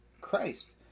Christ